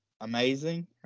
amazing